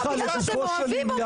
אבל אומרים לכם שזה לא קיים.